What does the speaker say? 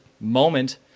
moment—